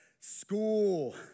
school